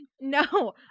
No